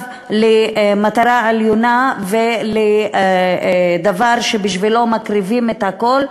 למטרה עליונה ולדבר שבשבילו מקריבים את הכול,